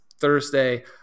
Thursday